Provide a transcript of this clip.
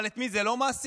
אבל את מי זה לא מעסיק?